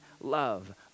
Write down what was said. love